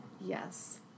Yes